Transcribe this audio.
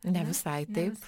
ne visai taip